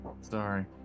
Sorry